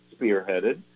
spearheaded